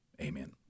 amen